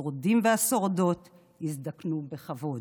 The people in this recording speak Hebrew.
השורדים והשורדות, יזדקנו בכבוד.